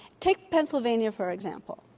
take pennsylvania, for example.